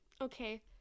Okay